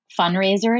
fundraiser